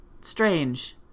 strange